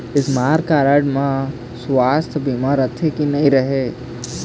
Smart card म सुवास्थ बीमा रथे की नई रहे?